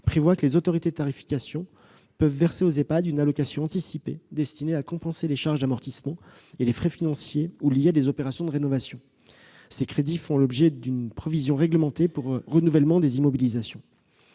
prévoient que les autorités de tarification peuvent verser aux Ehpad une allocation anticipée destinée à compenser les charges d'amortissement et les frais, financiers ou non, liés à des opérations de rénovation ; ces crédits font l'objet d'une provision réglementée pour renouvellement des immobilisations.